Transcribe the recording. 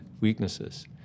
weaknesses